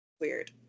weird